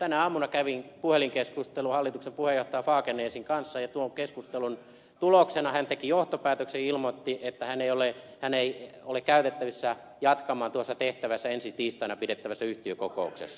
tänä aamuna kävin puhelinkeskustelun hallituksen puheenjohtajan fagernäsin kanssa ja tuon keskustelun tuloksena hän teki johtopäätöksen ja ilmoitti että hän ei ole käytettävissä jatkamaan tuossa tehtävässä ensi tiistaina pidettävässä yhtiökokouksessa